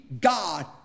God